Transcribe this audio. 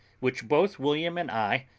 which both william and i,